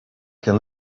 can